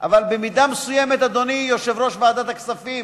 אבל במידה מסוימת, אדוני יושב-ראש ועדת הכספים,